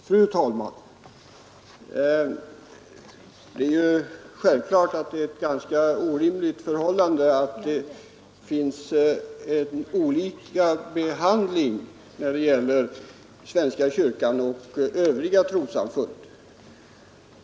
Fru talman! Det är självfallet orimligt att behandlingen skall vara olika när det gäller svenska kyrkan och övriga trossamfund.